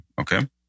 okay